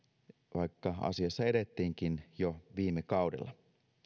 vaikka asiassa edettiinkin jo viime kaudella